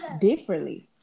differently